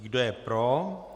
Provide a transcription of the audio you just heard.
Kdo je pro?